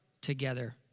together